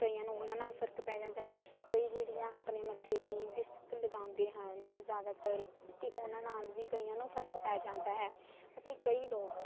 ਕਈਆਂ ਨੂੰ ਉਹਨਾਂ ਨਾਲ ਫਰਕ ਪੈ ਜਾਂਦਾ ਕਈ ਜਿਹੜੀਆਂ ਆਪਣੇ ਮੱਥੇ 'ਤੇ ਵਿਸਕ ਲਗਾਉਂਦੇ ਹਨ ਜ਼ਿਆਦਾਤਰ ਅਤੇ ਉਹਨਾਂ ਨਾਲ ਵੀ ਕਈਆਂ ਨੂੰ ਫਰਕ ਪੈ ਜਾਂਦਾ ਹੈ ਅਤੇ ਕਈ ਲੋਕ